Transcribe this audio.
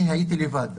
לבד.